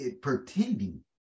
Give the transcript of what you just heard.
pretending